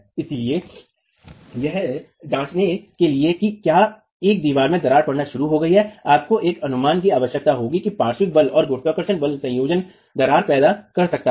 इसलिए यह जांचने के लिए कि क्या एक दीवार में दरार पड़नी शुरू हो गई है आपको एक अनुमान की आवश्यकता होगी कि क्या पार्श्व बल और गुरुत्वाकर्षण बल का संयोजन दरार पैदा कर सकता है